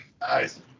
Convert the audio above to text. Nice